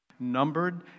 Numbered